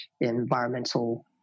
environmental